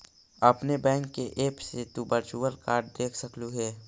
अपने बैंक के ऐप से तु वर्चुअल कार्ड देख सकलू हे